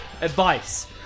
advice